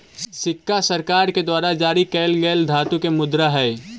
सिक्का सरकार के द्वारा जारी कैल गेल धातु के मुद्रा हई